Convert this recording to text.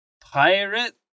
pirate